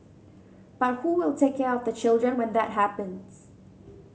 but who will take care of the children when that happens